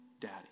daddy